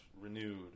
renewed